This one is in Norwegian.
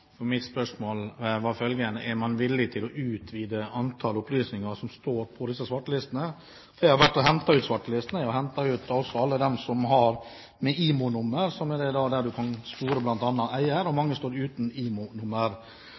Mitt spørsmål var følgende: Er man villig til å utvide antallet opplysninger som står på disse svartelistene? Jeg har hentet ut svartelistene og hentet ut også alle dem som har med IMO-nummer, som er der du kan spore bl.a. eier, og mange står uten